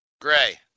Gray